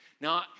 Now